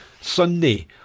Sunday